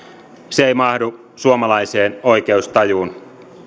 se ei mahdu suomalaiseen oikeustajuun